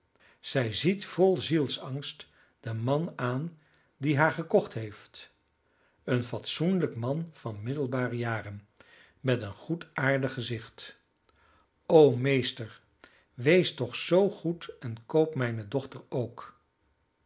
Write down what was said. zij ziet vol zielsangst den man aan die haar gekocht heeft een fatsoenlijk man van middelbare jaren met een goedaardig gezicht o meester wees toch zoo goed en koop mijne dochter ook